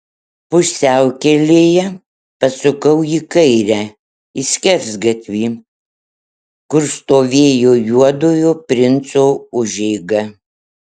pusiaukelėje pasukau į kairę į skersgatvį kur stovėjo juodojo princo užeiga